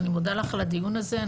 אני מודה לך על הדיון הזה.